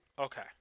Okay